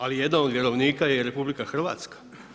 Ali jedan od vjerovnika je i RH.